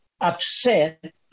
upset